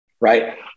right